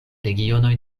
regionoj